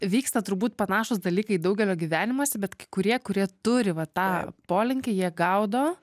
vyksta turbūt panašūs dalykai daugelio gyvenimuose bet kai kurie kurie turi va tą polinkį jie gaudo